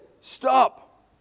stop